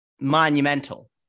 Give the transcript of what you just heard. monumental